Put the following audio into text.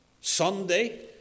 Sunday